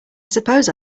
suppose